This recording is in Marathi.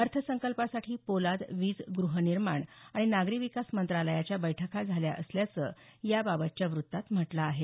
अर्थसंकल्पासाठी पोलाद वीज गृहनिर्माण आणि नागरी विकास मंत्रालयाच्या बैठका झाल्या असल्याचं याबाबतच्या वृत्तात म्हटलं आहे